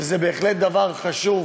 שזה בהחלט דבר חשוב,